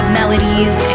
melodies